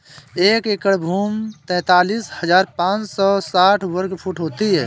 एक एकड़ भूमि तैंतालीस हज़ार पांच सौ साठ वर्ग फुट होती है